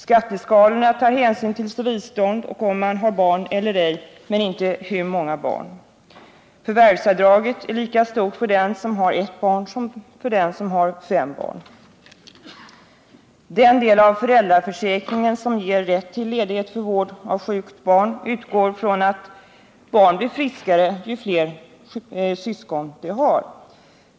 Skatteskalorna tar hänsyn till civilstånd, om man har barn eller ej, men inte till hur många barn. Förvärvsavdraget är lika stort för den som har ett barn som för den som har fem barn. Den del av föräldraförsäkringen som ger rätt tillledighet för vård av sjukt barn utgår från att barn blir friskare ju fler syskon de har.